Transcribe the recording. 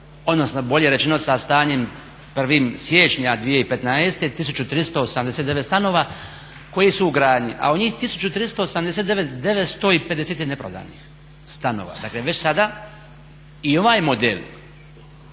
odnosno bolje rečeno sa stanjem 1. siječnja 2015. 1389 stanova koji su u gradnji. A od njih 1389 950 je neprodanih stanova dakle već sada. I ovaj model